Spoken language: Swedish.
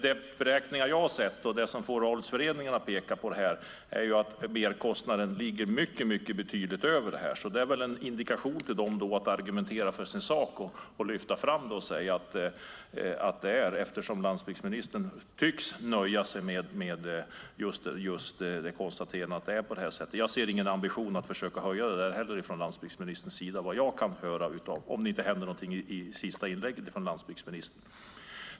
De beräkningar som jag har sett och som fåravelsföreningarna pekar på är att merkostnaden ligger mycket över det här. Det här är väl en indikation till dem att de ska argumentera för sin sak och lyfta fram detta, eftersom landsbygdsministern tycks nöja sig med att konstatera att det är på det här sättet. Jag hör heller ingen ambition från landsbygdsministerns sida att försöka höja det där, om det inte händer någonting i landsbygdsministerns sista inlägg.